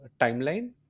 timeline